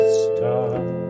start